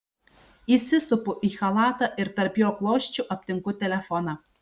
įsisupu į chalatą ir tarp jo klosčių aptinku telefoną